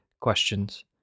questions